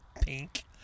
pink